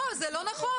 לא, זה לא נכון.